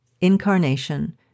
incarnation